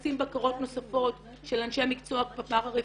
נכנסות בקרות נוספות של אנשי מקצוע בפרא-רפואי,